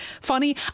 funny